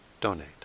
donate